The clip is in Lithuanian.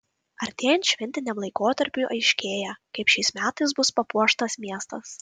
artėjant šventiniam laikotarpiui aiškėja kaip šiais metais bus papuoštas miestas